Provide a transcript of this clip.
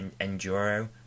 enduro